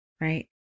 right